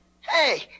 Hey